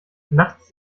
nachts